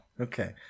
Okay